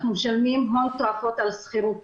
אנחנו משלמים הון תועפות על שכירות.